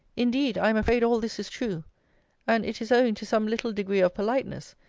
indeed, i am afraid all this is true and it is owing to some little degree of politeness,